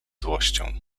złością